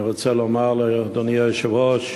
אני רוצה לומר לאדוני היושב-ראש,